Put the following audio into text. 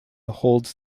holds